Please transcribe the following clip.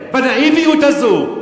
בנאיביות הזו?